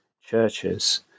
churches